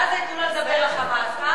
בעזה ייתנו לה לדבר, ה"חמאס".